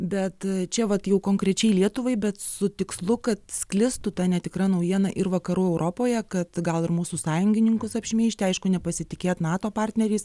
bet čia vat jau konkrečiai lietuvai bet su tikslu kad sklistų ta netikra naujiena ir vakarų europoje kad gal ir mūsų sąjungininkus apšmeižti aišku nepasitikėt nato partneriais